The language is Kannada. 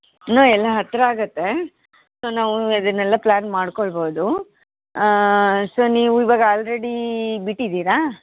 ಇನ್ನೂ ಎಲ್ಲ ಹತ್ತಿರ ಆಗುತ್ತೆ ಸೊ ನಾವು ಇದನ್ನೆಲ್ಲ ಪ್ಲ್ಯಾನ್ ಮಾಡಿಕೊಳ್ಬೋದು ಸೊ ನೀವು ಇವಾಗ ಆಲ್ರೆಡೀ ಬಿಟ್ಟಿದ್ದೀರ